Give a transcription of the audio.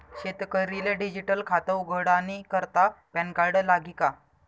शेतकरीले डिजीटल खातं उघाडानी करता पॅनकार्ड लागी का?